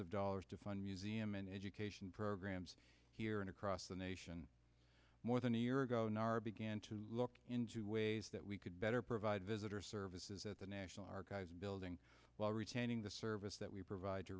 of dollars to fund museum and education programs here and across the nation more than a year ago on our began to look into ways that we could better provide visitor services at the national archives building while retaining the service that we provide to